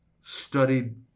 studied